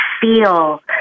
feel